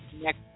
next